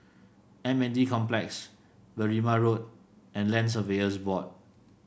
M N D Complex Berrima Road and Land Surveyors Board